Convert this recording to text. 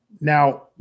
Now